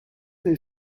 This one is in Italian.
del